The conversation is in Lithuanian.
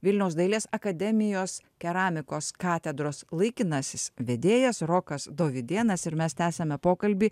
vilniaus dailės akademijos keramikos katedros laikinasis vedėjas rokas dovydėnas ir mes tęsiame pokalbį